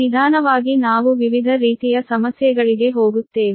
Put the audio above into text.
ನಿಧಾನವಾಗಿ ನಾವು ವಿವಿಧ ರೀತಿಯ ಸಮಸ್ಯೆಗಳಿಗೆ ಹೋಗುತ್ತೇವೆ